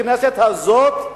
בכנסת הזאת,